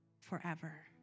forever